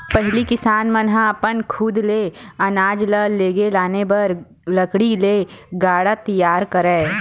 पहिली किसान मन ह अपन खुद ले अनाज ल लेगे लाने बर लकड़ी ले गाड़ा तियार करय